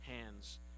hands